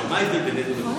עכשיו, מה ההבדל בינינו?